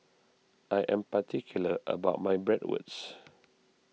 I am particular about my Bratwurst